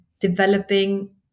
developing